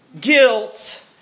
guilt